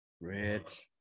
Rich